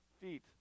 feet